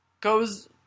goes